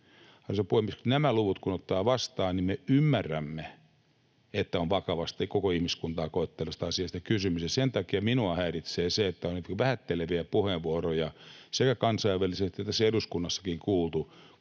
Arvoisa puhemies! Nämä luvut kun ottaa vastaan, niin me ymmärrämme, että on vakavasta, koko ihmiskuntaa koettelevasta asiasta kysymys. Sen takia minua häiritsee se, että on vähätteleviä puheenvuoroja sekä kansainvälisesti että tässä eduskunnassakin kuultu,